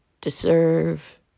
deserve